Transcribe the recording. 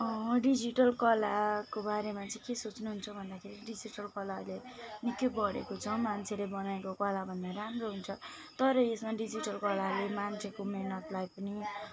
digital कलाको बारेमा चाहिँ के सोच्नुहुन्छ भन्दाखेरि डिजिटल कला अहिले निकै बढेको छ मान्छेले बनाएको कलाभन्दा राम्रो हुन्छ तर यसमा डिजिटल कलाहरूले मान्छेको मेहनतलाई पनि